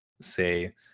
say